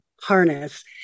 harness